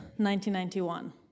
1991